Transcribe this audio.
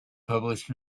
published